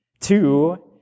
Two